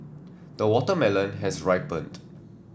the watermelon has ripened